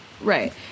right